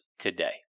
today